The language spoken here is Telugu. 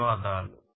ధన్యవాదాలు